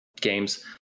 Games